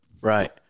Right